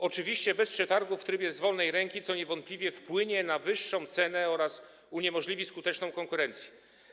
Oczywiście bez przetargu, w trybie z wolnej ręki, co niewątpliwie wpłynie na wyższą cenę oraz uniemożliwi skuteczną konkurencję.